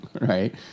right